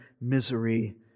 misery